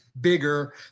bigger